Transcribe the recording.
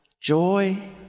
joy